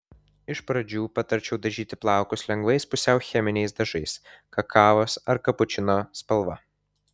iš pradžių patarčiau dažyti plaukus lengvais pusiau cheminiais dažais kakavos ar kapučino spalva